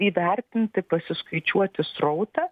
įvertinti pasiskaičiuoti srautą